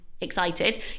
excited